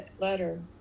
letter